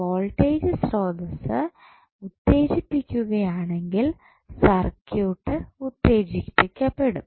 voltage സ്രോതസ്സ് ഉത്തേജിപ്പിക്കുകയാണെങ്കിൽ circuit ഉത്തേജിക്കപ്പെടും